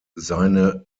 seine